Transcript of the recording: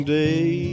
day